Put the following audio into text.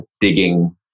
digging